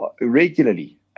regularly